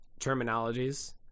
terminologies